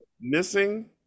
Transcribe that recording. missing